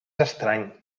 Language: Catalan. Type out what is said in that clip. estrany